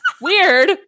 weird